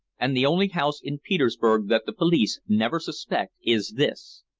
and the only house in petersburg that the police never suspect is this.